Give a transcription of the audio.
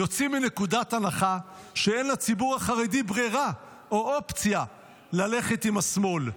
יוצאים מנקודת הנחה שאין לציבור החרדי ברירה או אופציה ללכת עם השמאל.